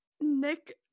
nick